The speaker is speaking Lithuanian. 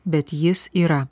bet jis yra